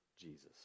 Jesus